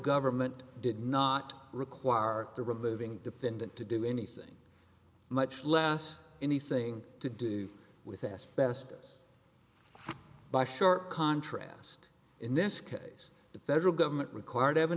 government did not require the removing defendant to do anything much less anything to do with asbestos by sharp contrast in this case the federal government required evan